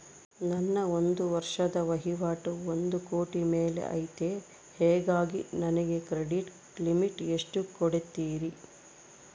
ನನ್ನ ಒಂದು ವರ್ಷದ ವಹಿವಾಟು ಒಂದು ಕೋಟಿ ಮೇಲೆ ಐತೆ ಹೇಗಾಗಿ ನನಗೆ ಕ್ರೆಡಿಟ್ ಲಿಮಿಟ್ ಎಷ್ಟು ಕೊಡ್ತೇರಿ?